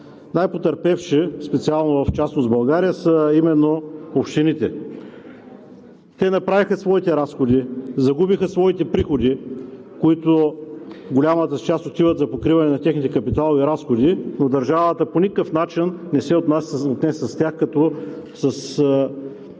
най-потърпевши, специално в част от България, са именно общините. Те направиха своите разходи, загубиха своите приходи, които в голямата си част отиват за покриване на капиталовите им разходи, но държавата по никакъв начин не се отнесе с тях като с